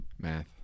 Math